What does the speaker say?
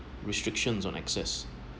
restrictions on access